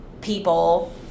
people